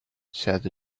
said